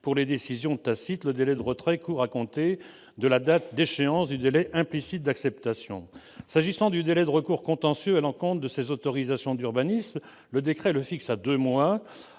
Pour les décisions tacites, le délai de retrait court à compter de la date d'échéance du délai implicite d'acceptation. S'agissant du délai de recours contentieux à l'encontre de ces autorisations d'urbanisme, il est réglementairement fixé à deux mois.